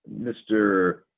Mr